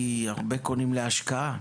הרבה קונים להשקעה.